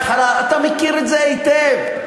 אתה מכיר את זה היטב.